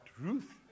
Ruth